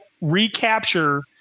recapture